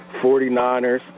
49ers